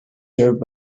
served